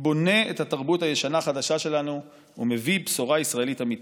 בונה את התרבות הישנה-חדשה שלנו ומביא בשורה ישראלית אמיתית.